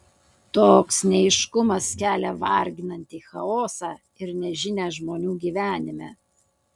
toks neaiškumas kelia varginantį chaosą ir nežinią žmonių gyvenime